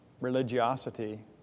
religiosity